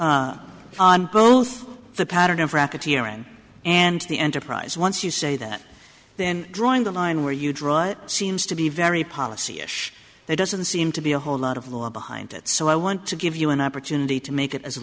rebutted both the pattern of racketeering and the enterprise once you say that then drawing the line where you draw it seems to be very policy issue there doesn't seem to be a whole lot of law behind it so i want to give you an opportunity to make it as